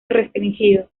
restringido